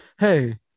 Hey